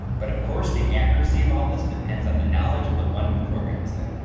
but of course, the accuracy of all this depends on the knowledge of the one who programs it,